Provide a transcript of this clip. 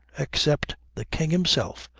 except the king himself,